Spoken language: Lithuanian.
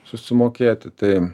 susimokėti tai